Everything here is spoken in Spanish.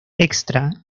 extra